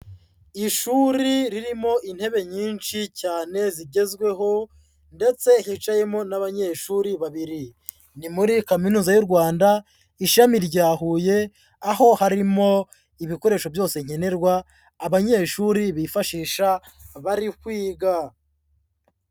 Ishuri ririmo intebe nyinshi cyane zigezweho ndetse hicayemo n'abanyeshuri babiri. Ni muri kaminuza y'u Rwanda ishami rya Huye, aho harimo ibikoresho byose nkenerwa, abanyeshuri bifashisha bari kwiga.